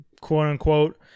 quote-unquote